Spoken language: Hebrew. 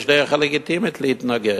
יש דרך לגיטימית להתנגד.